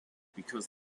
because